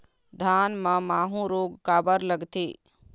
धान म माहू रोग काबर लगथे?